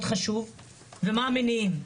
זה מאוד חשוב ומה המניעים?